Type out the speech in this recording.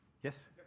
Yes